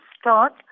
start